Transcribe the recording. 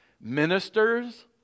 Ministers